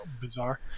bizarre